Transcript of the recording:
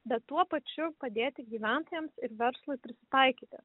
bet tuo pačiu padėti gyventojams ir verslui prisitaikyti